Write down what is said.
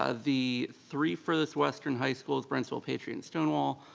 ah the three furthest western high schools, brenswell, patriot, and stonewall,